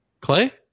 Clay